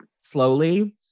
slowly